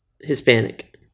Hispanic